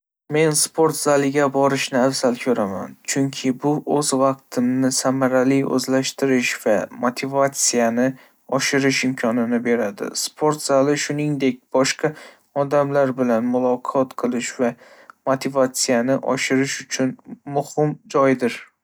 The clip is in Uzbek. Men sport zaliga borishni afzal ko'raman, chunki bu o'z vaqtimni samarali o'zlashtirish va motivatsiyani oshirish imkonini beradi. Sport zali, shuningdek, boshqa odamlar bilan muloqot qilish va motivatsiyani oshirish uchun muhim joydir.